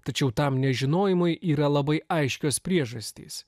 tačiau tam nežinojimui yra labai aiškios priežastys